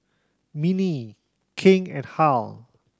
Minnie King and Harl